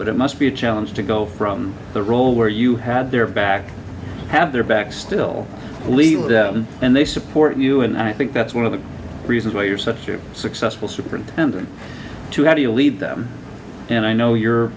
but it must be a challenge to go from the role where you had their back have their back still leave and they support you and i think that's one of the reasons why you're such a successful you print number two how do you leave them and i know you're